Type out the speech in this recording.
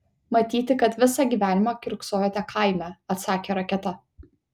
matyti kad visą gyvenimą kiurksojote kaime atsakė raketa